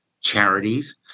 charities